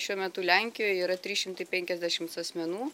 šiuo metu lenkijoj yra trys šimtai penkiasdešimts asmenų